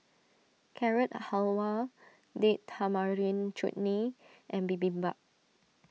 Carrot Halwa Date Tamarind Chutney and Bibimbap